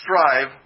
strive